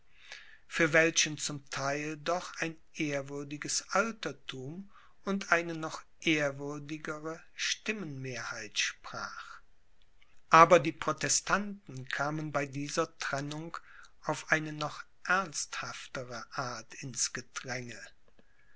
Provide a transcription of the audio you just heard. für welchen zum theil doch ein ehrwürdiges alterthum und eine noch ehrwürdigere stimmenmehrheit sprach aber die protestanten kamen bei dieser trennung auf eine noch ernsthaftere art ins gedränge